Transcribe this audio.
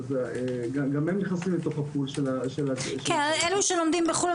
גם הם נכנסים לתוך הפול של --- אלה שלומדים בחו"ל,